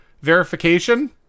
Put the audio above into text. verification